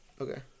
Okay